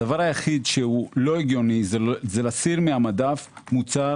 הדבר היחיד הלא הגיוני זה להסיר מהמדף מוצר